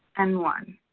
and one.